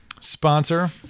sponsor